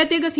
പ്രത്യേക സി